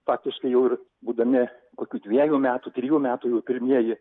faktiškai jau ir būdami kokių dviejų metų trijų metų jau pirmieji